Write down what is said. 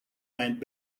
went